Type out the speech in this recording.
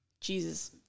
Jesus